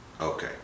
Okay